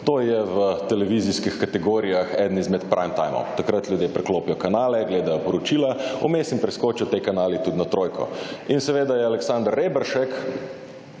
to je v televizijskih kategorijah eden izmed prime timov, takrat ljudje priklopijo kanale, gledajo poročila, vmes jim preskočijo te kanali tudi na trojko. In seveda je Aleksander Reberšek